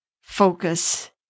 focus